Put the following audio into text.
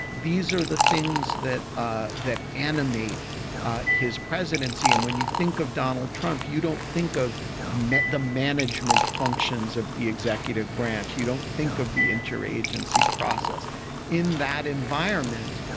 these are the things that ah that animated his presidency. and when you think of donald trump, you don't think of mitt, the management functions of the executive branch. you don't think of the entire agency process in that environment.